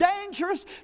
dangerous